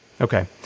Okay